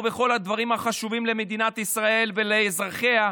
וכל הדברים החשובים למדינת ישראל ולאזרחיה,